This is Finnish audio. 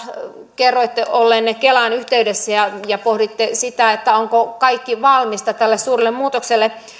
kerroitte olleenne kelaan yhteydessä ja ja pohditte sitä onko kaikki valmista tälle suurelle muutokselle